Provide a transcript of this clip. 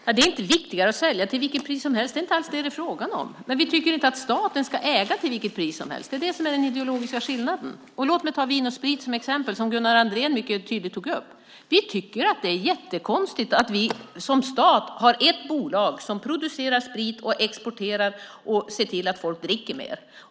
Herr talman! Det är inte viktigt att sälja till vilket pris som helst. Det är inte alls det som det är frågan om, men vi tycker inte att staten ska äga till vilket pris som helst. Det är det som är den ideologiska skillnaden. Låt mig ta Vin & Sprit som exempel, som Gunnar Andrén mycket tydligt tog upp. Vi tycker att det är jättekonstigt att vi som stat har ett bolag som producerar och exporterar sprit och ser till att folk dricker mer.